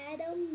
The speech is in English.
Adam